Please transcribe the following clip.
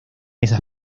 esas